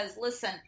listen